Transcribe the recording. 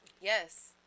Yes